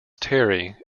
terry